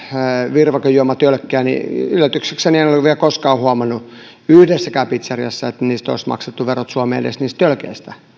virvokejuomatölkkejä niin yllätyksekseni en ole vielä koskaan huomannut yhdessäkään pitseriassa että niistä olisi maksettu verot suomeen edes niistä tölkeistä